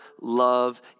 love